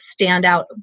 standout